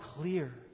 clear